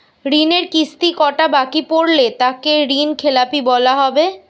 ঋণের কিস্তি কটা বাকি পড়লে তাকে ঋণখেলাপি বলা হবে?